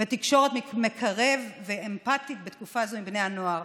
ותקשורת מקרבת ואמפתית בתקופה זו עם בני הנוער,